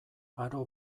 aro